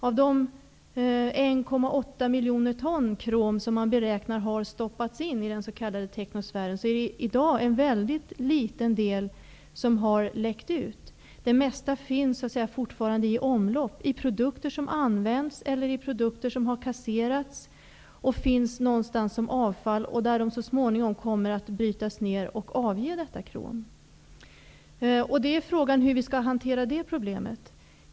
Av de 1,8 miljoner ton krom som enligt vad man beräknar har stoppats in i den s.k. teknosfären är det i dag en mycket liten del som har läckt ut. Det mesta finns så att säga fortfarande i omlopp, i produkter som används eller i produkter som har kasserats och finns någonstans som avfall; de kommer så småningom att brytas ned och avge detta krom. Frågan är hur vi skall hantera det problemet.